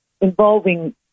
involving